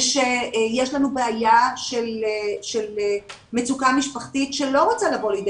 ושיש לנו בעיה של מצוקה משפחתית שלא רוצה לבוא לידי